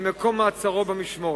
ממקום מעצרו במשמורת.